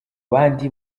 bandi